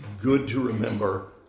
good-to-remember